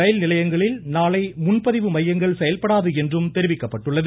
ரயில் நிலையங்களில் நாளை முன்பதிவு செயல்படாது என்றும் தெரிவிக்கப்பட்டுள்ளது